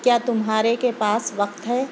کیا تمہارے کے پاس وقت ہے